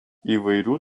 įvairių